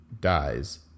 dies